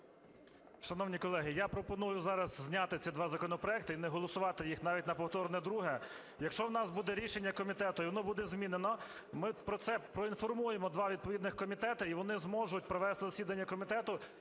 Шановні колеги, я пропоную зараз зняти ці два законопроекти і не голосувати їх навіть на повторне друге. Якщо в нас буде рішення комітету і воно буде змінено, ми про це проінформуємо два відповідних комітети, і вони зможуть провести засідання комітету